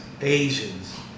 asians